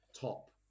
top